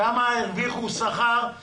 אתה בעצמך יודע היטב שהמשמעות עכשיו היא